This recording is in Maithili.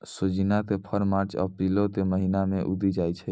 सोजिना के फर मार्च अप्रीलो के महिना मे उगि जाय छै